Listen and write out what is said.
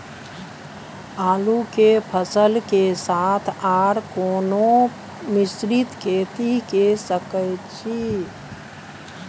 आलू के फसल के साथ आर कोनो मिश्रित खेती के सकैछि?